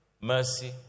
mercy